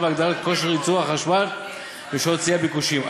והגדלת כושר ייצור החשמל בשעות שיא הביקושים.